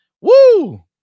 Woo